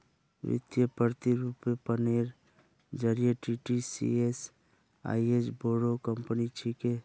वित्तीय प्रतिरूपनेर जरिए टीसीएस आईज बोरो कंपनी छिके